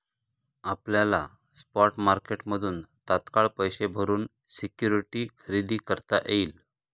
आपल्याला स्पॉट मार्केटमधून तात्काळ पैसे भरून सिक्युरिटी खरेदी करता येईल